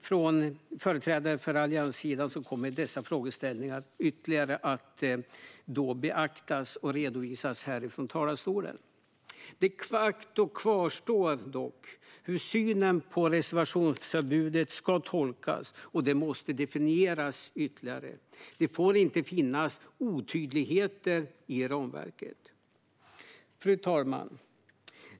Från företrädare för allianssidan kommer dessa frågeställningar att ytterligare beaktas och redovisas här från talarstolen. Faktum kvarstår dock när det gäller hur synen på reservationsförbudet ska tolkas, och det måste definieras ytterligare. Det får inte finnas otydligheter i ramverket. Fru talman!